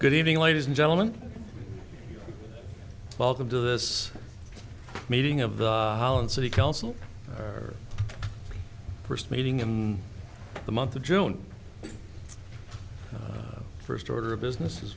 good evening ladies and gentlemen welcome to this meeting of the fallen city council or first meeting in the month of june first order of business